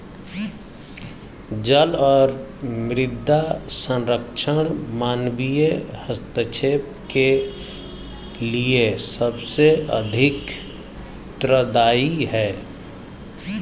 जल और मृदा संरक्षण मानवीय हस्तक्षेप के लिए सबसे अधिक उत्तरदायी हैं